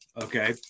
Okay